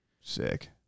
sick